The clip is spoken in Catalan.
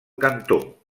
cantó